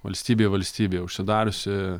valstybė valstybėje užsidariusi